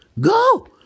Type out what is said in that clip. Go